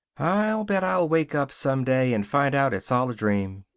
i'll bet i'll wake up, someday, and find out it's all a dream.